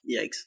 Yikes